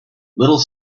little